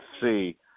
see